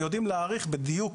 ואנחנו יודעים להעריך בדיוק